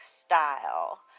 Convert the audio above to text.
style